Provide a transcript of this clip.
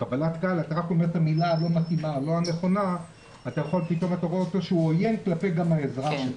אתה רק אומר אתה מילה הלא נכונה אתה רואה שהוא עוין כלפי העזרה שלך.